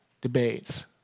debates